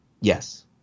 Yes